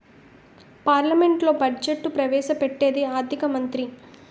పార్లమెంట్లో బడ్జెట్ను ప్రవేశ పెట్టేది ఆర్థిక మంత్రి